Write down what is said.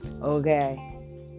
okay